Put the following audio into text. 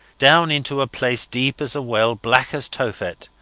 down into a place deep as a well, black as tophet,